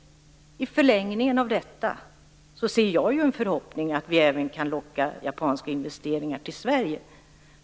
I förlängningen av detta ser jag en förhoppning att vi även kan locka japanska investeringar till Sverige.